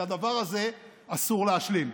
עם הדבר הזה אסור להשלים.